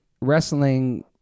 wrestling